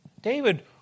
David